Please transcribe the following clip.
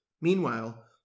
Meanwhile